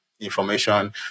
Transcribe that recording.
information